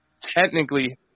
technically